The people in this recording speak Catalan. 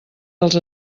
dels